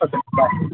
okay bye